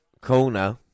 corner